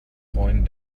freuen